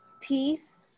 peace